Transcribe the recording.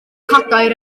cadair